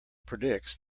predicts